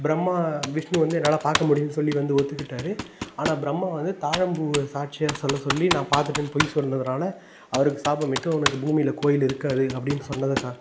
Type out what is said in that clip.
பிரம்மா விஷ்ணு வந்து என்னால் பார்க்க முடியலைனு சொல்லி வந்து ஒத்துக்கிட்டாரு ஆனால் பிரம்மா வந்து தாழம்பூவை சாட்சியாக சொல்லச்சொல்லி நான் பார்த்துட்டேன்னு பொய் சொன்னதனால அவருக்கு சாபம் விட்டு உனக்கு பூமியில் கோயிலு இருக்காது அப்படின்னு சொன்னதுக்கா